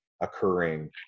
occurring